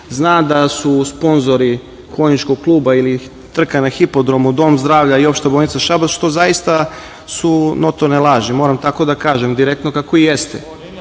zna da su sponzori konjičkog kluba ili trka na hipodromu dom zdravlja i opšta bolnica Šabac, što zaista su notorne laži, moram tako da kažem, direktno kako